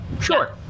Sure